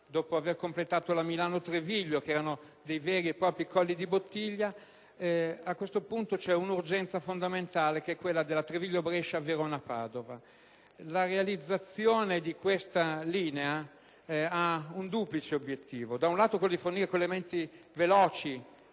Padova-Mestre e la Milano-Treviglio, che erano dei veri e propri colli di bottiglia, a questo punto c'è una urgenza fondamentale rappresentata dalla tratta Treviglio-Brescia-Verona-Padova. La realizzazione di questa linea ha un duplice obiettivo: da un lato fornire collegamenti veloci